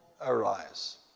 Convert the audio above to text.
arise